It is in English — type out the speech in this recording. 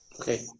Okay